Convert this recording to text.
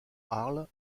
arles